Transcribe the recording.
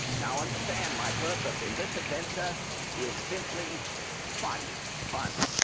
now, understand my purpose in this adventure is simply fun. fun.